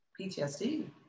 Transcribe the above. PTSD